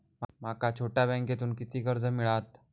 माका छोट्या बँकेतून किती कर्ज मिळात?